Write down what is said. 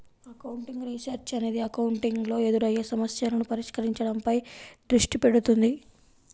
accounting research అనేది accounting లో ఎదురయ్యే సమస్యలను పరిష్కరించడంపై దృష్టి పెడుతుంది